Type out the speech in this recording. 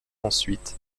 ensuite